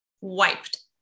wiped